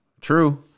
True